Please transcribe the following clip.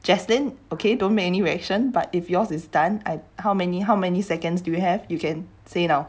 jaslyn okay don't make any reaction but if yours is done I how many how many seconds you have you can say now